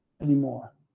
anymore